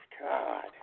God